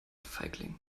feigling